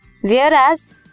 Whereas